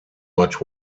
much